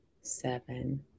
seven